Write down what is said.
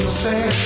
say